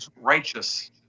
righteous